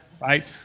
right